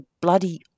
bloody